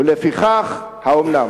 ולפיכך, האומנם?